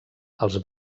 els